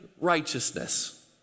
righteousness